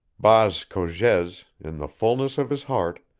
baas cogez, in the fulness of his heart,